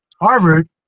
Harvard